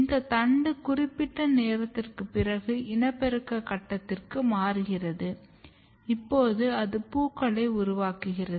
இந்த தண்டு குறிப்பிட்ட நேரத்திற்குப் பிறகு இனப்பெருக்க கட்டத்திற்கு மாறுகிறது இப்போது அது பூக்களை உருவாக்குகிறது